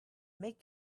make